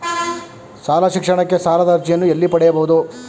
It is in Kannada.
ಶಾಲಾ ಶಿಕ್ಷಣಕ್ಕೆ ಸಾಲದ ಅರ್ಜಿಯನ್ನು ಎಲ್ಲಿ ಪಡೆಯಬಹುದು?